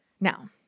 Now